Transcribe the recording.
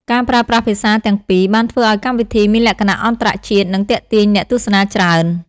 ការប្រើប្រាស់ភាសាទាំងពីរបានធ្វើឱ្យកម្មវិធីមានលក្ខណៈអន្តរជាតិនិងទាក់ទាញអ្នកទស្សនាច្រើន។